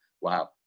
wow